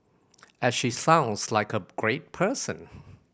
and she sounds like a great person